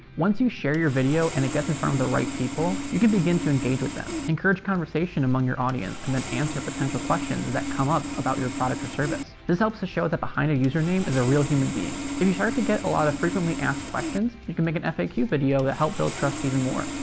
once you share your video and it gets in front of the right people you can begin to engage with them. encourage conversation among your audience and then answer potential questions that come up about your product or service. this helps to show that behind a username is a real human being. if you start to get a lot of frequently ask questions you can make an faq video that helps build trust even more.